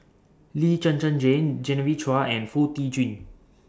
Lee Zhen Zhen Jane Genevieve Chua and Foo Tee Jun